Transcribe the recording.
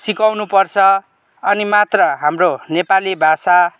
सिकाउनु पर्छ अनि मात्र हाम्रो नेपाली भाषा